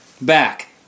back